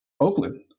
Oakland